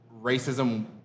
racism